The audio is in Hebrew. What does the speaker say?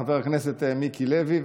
חבר הכנסת מיקי לוי,